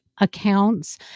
accounts